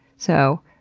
so,